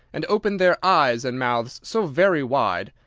and opened their eyes and mouths so very wide,